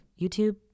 YouTube